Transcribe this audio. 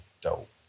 dope